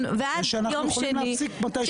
ועד יום שני --- או שאנחנו יכולים להפסיק מתי שאנחנו רוצים.